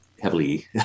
heavily